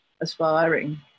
aspiring